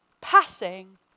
passing